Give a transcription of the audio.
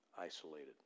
isolated